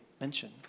mention